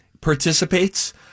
participates